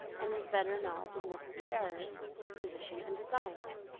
and his better knowledge of mrs. ferrars's disposition and designs.